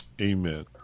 amen